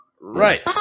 right